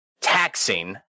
taxing